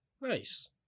Nice